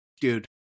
dude